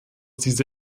diese